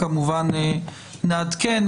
כמובן נעדכן.